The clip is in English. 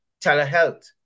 telehealth